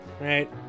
right